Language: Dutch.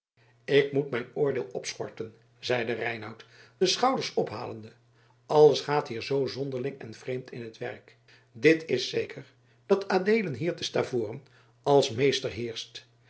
ik moet mijn oordeel opschorten zeide reinout de schouders ophalende alles gaat hier zoo zonderling en vreemd in t werk dit is zeker dat adeelen hier te stavoren als meester heerscht